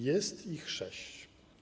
Jest ich sześć.